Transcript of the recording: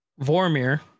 Vormir